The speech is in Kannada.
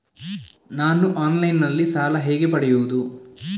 ನಾನು ಆನ್ಲೈನ್ನಲ್ಲಿ ಸಾಲ ಹೇಗೆ ಪಡೆಯುವುದು?